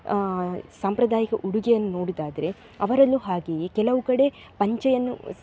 ಸಾಂಪ್ರದಾಯಿಕ ಉಡುಗೆಯನ್ನು ನೋಡುವುದಾದ್ರೆ ಅವರಲ್ಲೂ ಹಾಗೆಯೇ ಕೆಲವು ಕಡೆ ಪಂಚೆಯನ್ನು